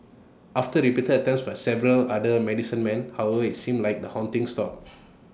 after repeated attempts by several other medicine men however IT seemed like the haunting stopped